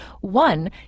one